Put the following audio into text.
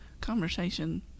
conversation